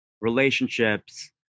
relationships